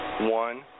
One